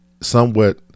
somewhat